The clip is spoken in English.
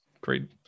great